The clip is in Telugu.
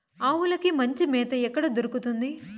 ఆవులకి మంచి మేత ఎక్కడ దొరుకుతుంది?